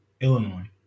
Illinois